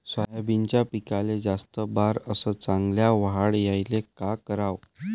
सोयाबीनच्या पिकाले जास्त बार अस चांगल्या वाढ यायले का कराव?